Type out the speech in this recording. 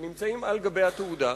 שנמצאים על התעודה,